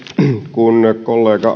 kun kollega